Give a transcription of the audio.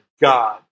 God